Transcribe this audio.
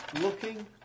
looking